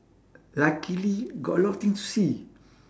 luckily got a lot of things to see